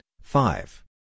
five